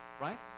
right